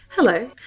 Hello